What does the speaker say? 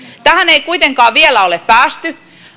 tähän ei kuitenkaan vielä ole päästy